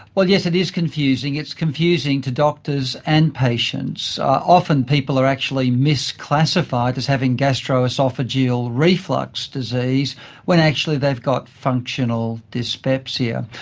well yes, it is confusing. it's confusing to doctors and patients. often people are actually misclassified as having gastro-oesophageal reflux disease when actually they've got functional dyspepsia.